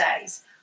days